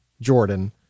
Jordan